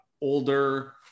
older